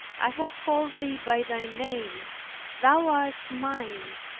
i have called thee by thy name thou art mine.